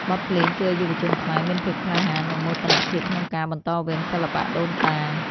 បទភ្លេងជួយឱ្យយុវជនខ្មែរ មានភាពក្លាហាន និងមោទនភាពក្នុងការបន្តវេនសិល្បៈដូនតា។